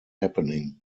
happening